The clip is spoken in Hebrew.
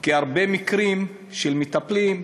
כי היו הרבה מקרים של מטפלים,